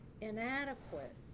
inadequate